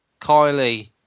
Kylie